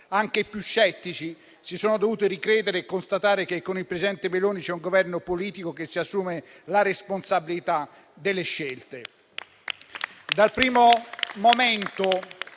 anche i più scettici si sono dovuti ricredere, constatando che con il presidente Meloni c'è un Governo politico che si assume la responsabilità delle scelte.